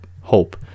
hope